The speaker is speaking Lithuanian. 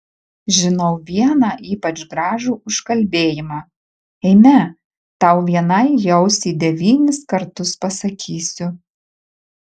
žinau vieną ypač gražų užkalbėjimą eime tau vienai į ausį devynis kartus pasakysiu